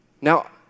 Now